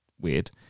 weird